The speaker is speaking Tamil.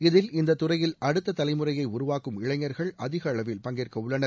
இதில் இந்த துறையில் அடுத்த தலைமுறைய உருவாக்கும் இளைஞர்கள் அதிக அளவில் பங்கேற்கவுள்ளனர்